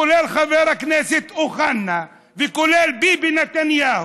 כולל חבר הכנסת אוחנה וכולל ביבי נתניהו,